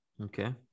Okay